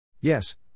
Yes